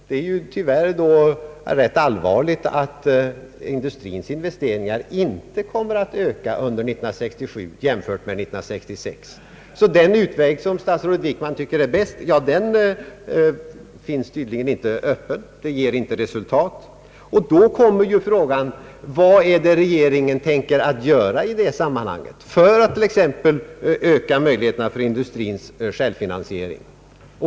Det är då tyvärr rätt allvarligt att industrins investeringar inte kommer att öka under 1967 i jämförelse med 1966. Den utväg statsrådet Wickman tycker är bäst finns tydligen inte öppen. Då uppkommer frågan: Vad tänker regeringen göra i det sammanhanget, t.ex. för att öka möjligheterna för industrins självfinansiering?